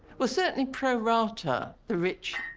well certainly pro rata the rich,